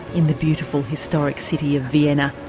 in the beautiful historic city of vienna.